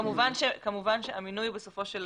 המינוי בסוף הוא של